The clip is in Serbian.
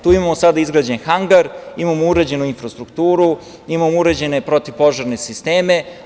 Tu imamo sada izgrađen hangar, imamo urađenu infrastrukturu, imamo uređene protivpožarne sisteme.